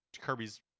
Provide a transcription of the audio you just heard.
Kirby's